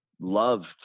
loved